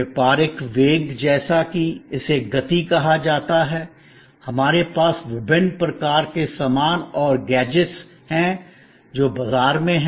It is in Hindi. व्यापारिक वेग जैसा कि इसे गति कहा जाता है और हमारे पास विभिन्न प्रकार के सामान और गैजेट्स हैं जो बाजार में हैं